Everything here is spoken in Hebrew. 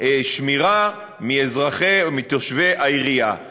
שמירה מהאזרחים תושבי העירייה.